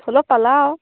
হ'লও পালা আৰু